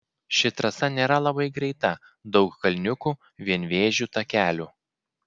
ši trasa nėra labai greita daug kalniukų vienvėžių takelių